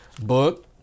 book